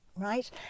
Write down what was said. Right